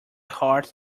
heart